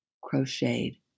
crocheted